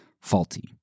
faulty